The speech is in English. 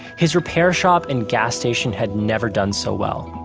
his repair shop and gas station had never done so well,